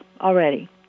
already